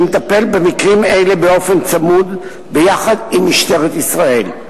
שמטפל במקרים אלה באופן צמוד ביחד עם משטרת ישראל.